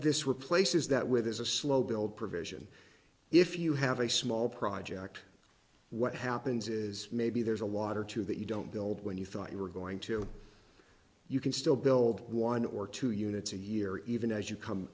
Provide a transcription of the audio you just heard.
this replaces that with is a slow build provision if you have a small project what happens is maybe there's a water too that you don't build when you thought you were going to you can still build one or two units a year even as you come